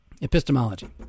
Epistemology